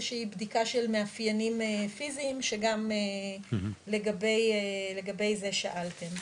שהיא בדיקה של מאפיינים פיזיים שגם לגבי זה שאלתם.